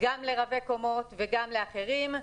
גם לרבי קומות וגם לאחרים.